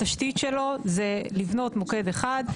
התשתית שלו זה לבנות מוקד אחד,